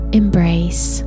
embrace